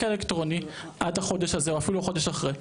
האלקטרוני עד החודש הזה או אפילו חודש אחרי,